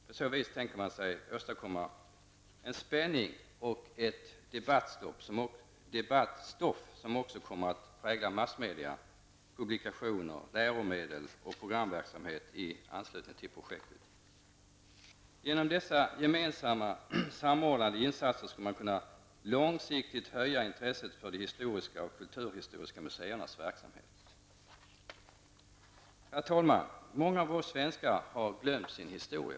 På så vis tänker man sig åstadkomma en spänning och ett debattstoff som också kommer att prägla massmedia, publikationer, läromedel och programverksamhet i anslutning till projektet. Med hjälp av dessa gemensamma, samordnade insatser skulle man kunna långsiktigt höja intresset för de historiska och kulturhistoriska museernas verksamhet. Herr talman! Många av oss svenskar har glömt vår historia.